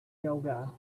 yoga